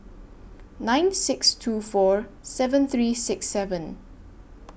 nine six two four seven three six seven